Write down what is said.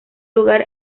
lugar